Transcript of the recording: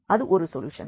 அது ஒரு சொல்யூஷன்